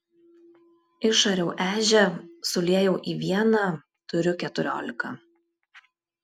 išariau ežią suliejau į vieną turiu keturiolika